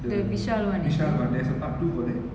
the vishal one there's a part two for that